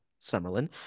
Summerlin